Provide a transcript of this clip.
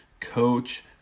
Coach